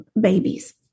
babies